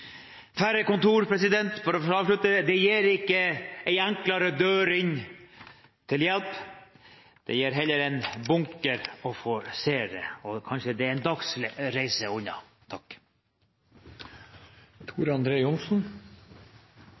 Færre kontor – for å avslutte – gir ikke en enklere dør inn til hjelp. Det gir heller en bunker å forsere, og kanskje det er en